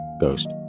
Ghost